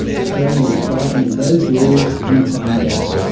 australia is fighting in those wars through pine gap.